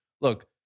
look